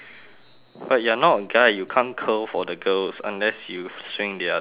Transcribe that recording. but you're not a guy you can't curl for the girls unless you swing the other way